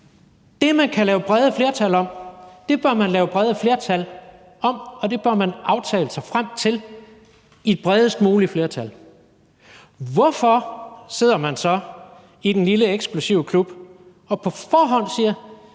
det, man kan lave med brede flertal, bør man lave med brede flertal. Det bør man aftale sig frem til med bredest mulige flertal. Hvorfor sidder man så i den lille eksklusive klub og siger